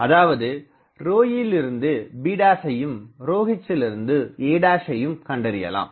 அதாவது ρe லிருந்து bஐயும் ρh லிருந்து a ஐயும் கண்டறியலாம்